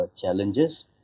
challenges